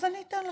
אז אני אתן לכם.